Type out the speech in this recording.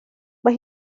mae